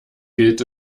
gilt